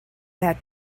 that